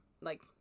like-